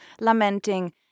lamenting